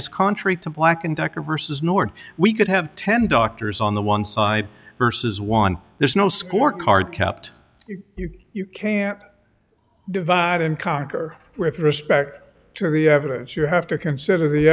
it's contrary to black and decker versus north we could have ten doctors on the one side versus one there's no scorecard kept you you can't divide and conquer with respect to every evidence you have to consider the